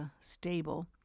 stable